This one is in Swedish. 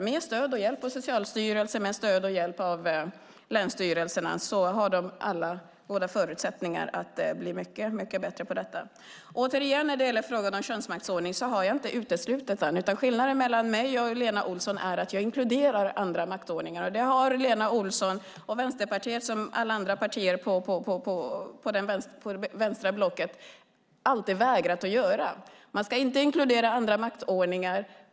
Med stöd och hjälp av Socialstyrelsen och av länsstyrelserna har de goda förutsättningar att bli mycket bättre på detta. När det gäller frågan om könsmaktsordning vill jag återigen säga att jag inte har uteslutit den. Skillnaden mellan mig och Lena Olsson är att jag inkluderar andra maktordningar. Lena Olsson och Vänsterpartiet liksom övriga partier i det vänstra blocket har alltid vägrat att göra det. Man ska inte inkludera andra maktordningar.